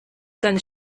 can